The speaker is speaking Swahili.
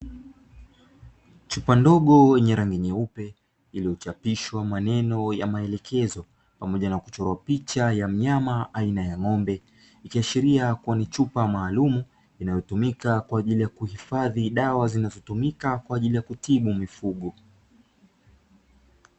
Chupa ndogo yenye rangi nyeupe iliyochapishwa maneno ya maelekezo pamoja na kuchoro picha ya mnyama aina ya ng'ombe, ikiashiria kuwa ni chupa maalumu inayotumika kwa ajili ya kuhifadhi dawa zinazotumika kwa ajili ya kutibu mifugo.